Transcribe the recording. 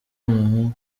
umuhungu